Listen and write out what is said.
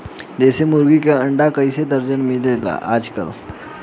देशी मुर्गी के अंडा कइसे दर्जन मिलत बा आज कल?